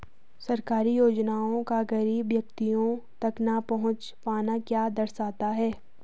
सरकारी योजनाओं का गरीब व्यक्तियों तक न पहुँच पाना क्या दर्शाता है?